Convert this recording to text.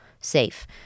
safe